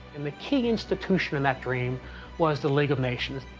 and the key institution in that dream was the league of nations,